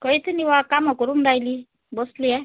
कायते निवांत काम करून राहिली बसली आहे